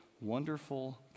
Wonderful